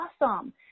awesome